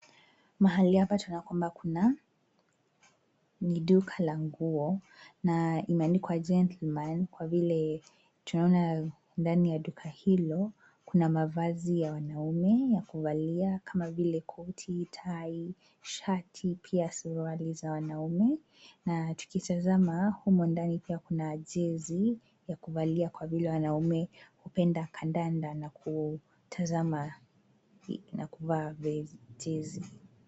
Mahali hapa tunaona kwamba kuna ni duka la nguo na imeandikwa gentleman kwa vile tunaona ndani ya duka hilo kuna mavazi ya wanaume ya kuvalia kama vile koti, tai, shati pia suruali za wanaume. Na tukitazama humo ndani pia kuna jezi ya kuvalia kwa vile wanaume hupenda kandanda na kutazama na kuvaa jezi.